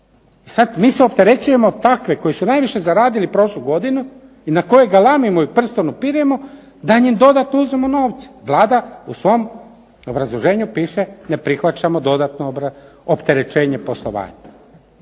Sad mi se, opterećujemo takve koji su najviše zaradili prošlu godinu i na koje galamimo i prstom upiremo da im dodatno uzmemo novce. Vlada u svom obrazloženju piše ne prihvaćamo dodatno opterećenje poslovanja.